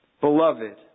Beloved